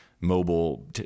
mobile